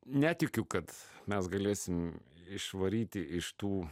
netikiu kad mes galėsim išvaryti iš tų